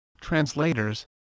translators